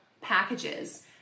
packages